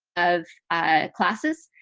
of classes.